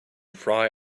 frye